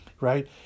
right